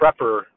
prepper